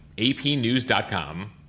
APnews.com